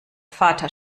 vater